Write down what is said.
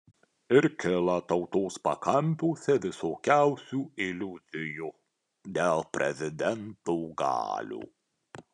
ir kyla tautos pakampiuose visokiausių iliuzijų dėl prezidento galių